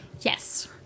Yes